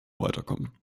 weiterkommen